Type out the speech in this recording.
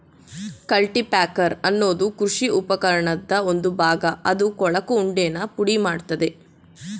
cultipacker ಅನ್ನೋದು ಕೃಷಿ ಉಪಕರಣದ್ ಒಂದು ಭಾಗ ಅದು ಕೊಳಕು ಉಂಡೆನ ಪುಡಿಮಾಡ್ತದೆ